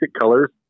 colors